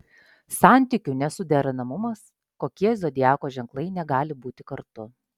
santykių nesuderinamumas kokie zodiako ženklai negali būti kartu